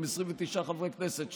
עם 29 חברי כנסת,